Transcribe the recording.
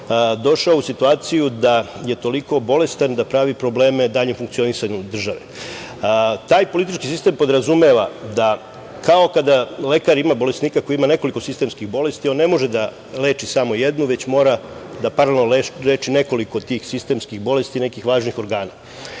došao u situaciju da je toliko bolestan da pravi probleme daljem funkcionisanju države. Taj politički sistem podrazumeva da kao kada lekar ima bolesnika koji ima nekoliko sistemskih bolesti, on ne može da leči samo jednu, već mora da paralelno nekoliko tih sistemskih bolesti, nekih važnih organa.